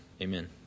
amen